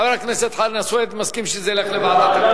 חבר הכנסת חנא סוייד, מסכים שזה ילך לוועדה?